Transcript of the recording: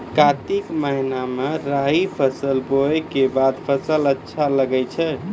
कार्तिक महीना मे राई फसल बोलऽ के बाद फसल अच्छा लगे छै